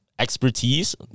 expertise